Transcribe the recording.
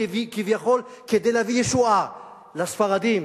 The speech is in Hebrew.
כביכול כדי להביא ישועה לספרדים,